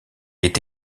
est